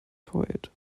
poet